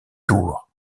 tours